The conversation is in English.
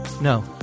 No